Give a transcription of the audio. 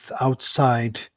outside